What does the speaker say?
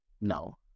No